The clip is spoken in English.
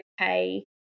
okay